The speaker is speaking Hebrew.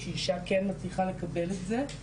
כשאישה כן מצליחה לקבל את זה,